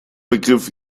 begriff